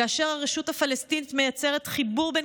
כאשר הרשות הפלסטינית מייצרת חיבור בין